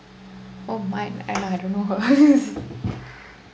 oh my I don't know I don't know her